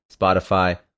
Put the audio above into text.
Spotify